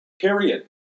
period